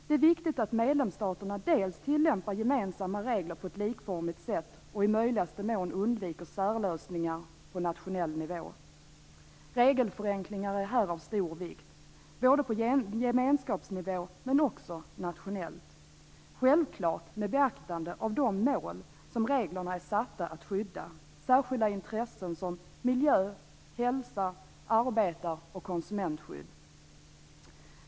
Det är viktigt att medlemsstaterna tillämpar gemensamma regler på ett likformigt sätt och i möjligaste mån undviker särlösningar på nationell nivå. Regelförenklingar är här av stor vikt, både på gemenskapsnivå och nationellt. De mål som reglerna är satta att skydda skall självfallet beaktas. Det gäller t.ex. särskilda intressen som miljö, hälsa, arbetar och konsumentskydd.